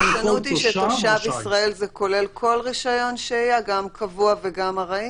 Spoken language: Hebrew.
זה כולל כל רשיון שהייה - גם קבוע וגם ארעי?